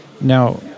Now